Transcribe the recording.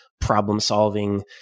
problem-solving